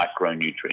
micronutrients